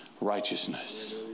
righteousness